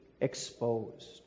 exposed